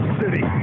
city